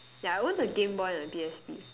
yeah I owned a game boy and P_S_P